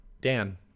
Dan